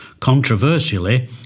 controversially